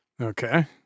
Okay